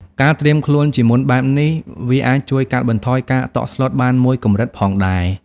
ការត្រៀមខ្លួនជាមុនបែបនេះ វាអាចជួយកាត់បន្ថយការតក់ស្លុតបានមួយកម្រិតផងដែរ។